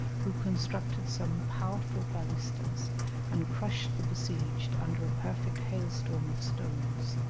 who constructed some powerful balistas and crushed the besieged under a perfect hail-storm of stones,